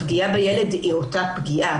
הפגיעה בילד היא אותה פגיעה,